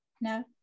No